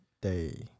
day